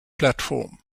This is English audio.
platform